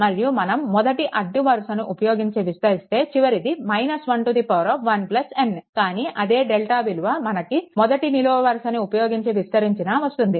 మరియు మనం మొదటి అడ్డు వరుసని ఉపయోగించి విస్తరిస్తే చివరిది 11n కానీ అదే డెల్టా విలువ మనకు మొదటి నిలువు వరుసని ఉపయోగించి విస్తరించినా వస్తుంది